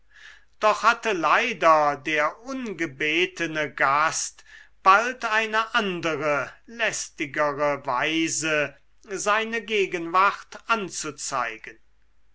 doch hatte leider der ungebetene gast bald eine andere lästigere weise seine gegenwart anzuzeigen